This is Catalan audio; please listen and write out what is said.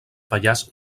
pallars